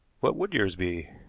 what would yours be